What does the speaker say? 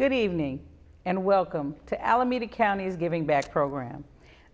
good evening and welcome to alameda county is giving back program